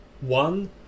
One